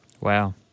Wow